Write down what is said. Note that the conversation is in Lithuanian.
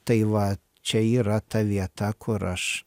tai va čia yra ta vieta kur aš